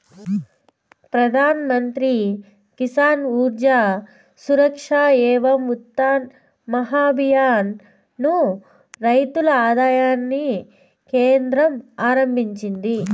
ప్రధాన్ మంత్రి కిసాన్ ఊర్జా సురక్ష ఏవం ఉత్థాన్ మహాభియాన్ ను రైతుల ఆదాయాన్ని కేంద్రం ఆరంభించింది